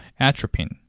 atropine